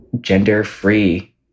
gender-free